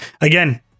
again